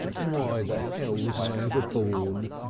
why the hell was i ever born?